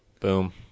Boom